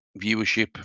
viewership